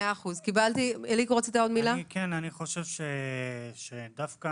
אני חושב שצריך